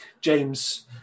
James